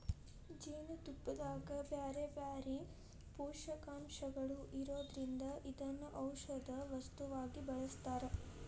ಜೇನುತುಪ್ಪದಾಗ ಬ್ಯಾರ್ಬ್ಯಾರೇ ಪೋಷಕಾಂಶಗಳು ಇರೋದ್ರಿಂದ ಇದನ್ನ ಔಷದ ವಸ್ತುವಾಗಿ ಬಳಸ್ತಾರ